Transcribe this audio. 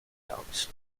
dogs